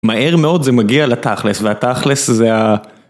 מהר מאוד זה מגיע לתכלס, והתכלס זה ה...